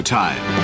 time